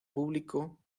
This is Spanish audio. público